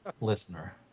listener